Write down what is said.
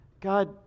God